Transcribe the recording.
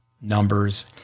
numbers